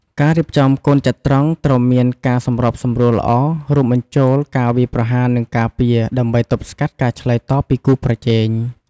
ការរៀបចំកូនចត្រង្គត្រូវតែមានការសម្របសម្រួលល្អ រួមបញ្ចូលការវាយប្រហារ និងការពារ ដើម្បីទប់ស្កាត់ការឆ្លើយតបពីគូប្រជែង។